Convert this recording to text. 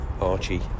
Archie